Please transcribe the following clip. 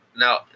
Now